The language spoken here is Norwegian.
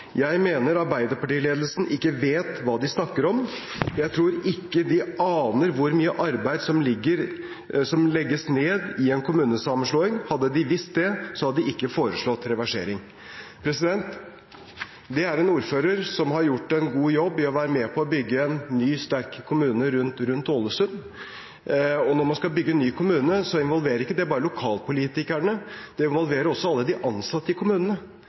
mener Ap-ledelsen ikke vet hva de snakker om. Jeg tror ikke de aner hvor mye arbeid vi legger ned i en kommunesammenslåing. Hadde de visst det, så hadde de ikke foreslått reversering.» Dette er en ordfører som har gjort en god jobb med å være med på å bygge en ny, sterk kommune rundt Ålesund. Og når man skal bygge ny kommune, involverer ikke det bare lokalpolitikerne; det involverer også alle de ansatte i kommunene.